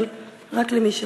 אבל רק למי שרוצה.